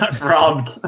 Robbed